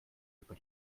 über